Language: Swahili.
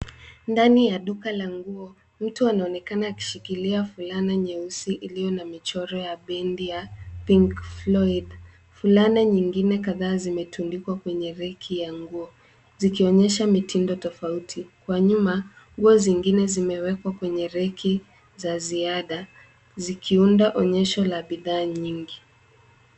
Ndani ya duka la nguo, mtu anaonekana anashikilia fulana nyeusi ilio na mchoro pendi ya pink flowys , fulana nyingine kataa zimetundikwa kwenye reki ya nguo zikionyesha mtindo tafauti kwa nyuma nguo zingine zimekwa kwenye reki za ziada zikiunda onyesho la bidhaa nyingi.